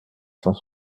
cent